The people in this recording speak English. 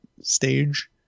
stage